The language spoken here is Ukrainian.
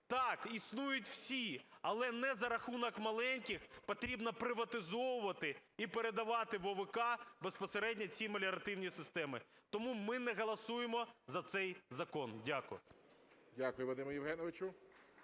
Так, існують всі, але не за рахунок маленьких потрібно приватизовувати і передавати в ОВК безпосередньо ці меліоративні системи. Тому ми не голосуємо за цей закон. Дякую.